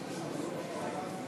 ההצבעה: